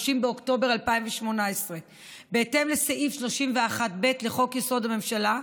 30 באוקטובר 2018. בהתאם לסעיף 31(ב) לחוק-יסוד: הממשלה,